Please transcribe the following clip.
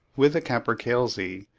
with the capercailzie,